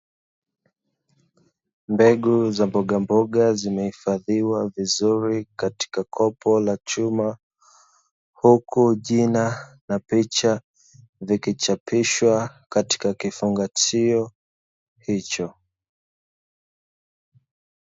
Mbegu za mbogamboga zimehifadhiwa vizuri katika kopo la chuma. Huku jina na picha vikichapishwa katika kifungashio hicho.